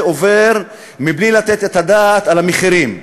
עובר מבלי לתת את הדעת על המחירים?